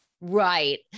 Right